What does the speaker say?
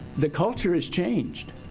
the culture is changed.